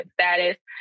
status